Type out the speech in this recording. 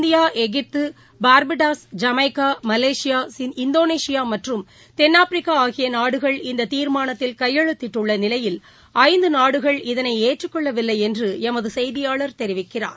India எகிப்து Barbados Jamaica Malaysia Indonesia மற்றும் தென்னாப்பிரிக்கா ஆகிய நாடுகள் இந்த தீர்மானத்தில் கையெழுத்திட்டுள்ள நிலையில் ஐந்து நாடுகள் இதனை ஏற்றுக் கொள்ளவில்லை என்று எமது செய்தியாளர் தெரிவிக்கிறார்